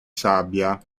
sabbia